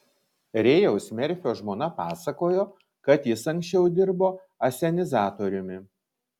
rėjaus merfio žmona pasakojo kad jis anksčiau dirbo asenizatoriumi